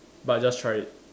but just try it